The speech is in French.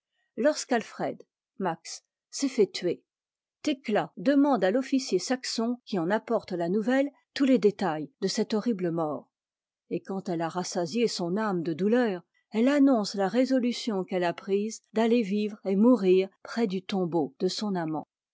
max s'est fait tuer thécla demande à l'officier saxon qui en apporte la nouvelle tous les détails de cette horrible mort et quand elle a rassasié son âme de douleur elle annonce la résolution qu'elle a prise d'aller vivre et mourir près du tombeau de son amant